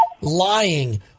lying